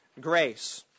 Grace